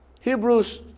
Hebrews